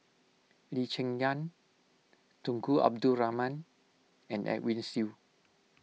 Lee Cheng Yan Tunku Abdul Rahman and Edwin Siew